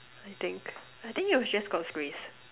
I think I think it was just God's grace